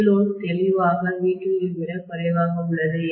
VLoad தெளிவாக V2 ஐ விட குறைவாக உள்ளது